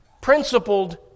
Principled